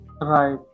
right